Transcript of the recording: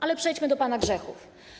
Ale przejdźmy do pana grzechów.